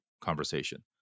conversation